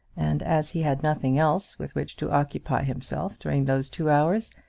and as he had nothing else with which to occupy himself during those two hours,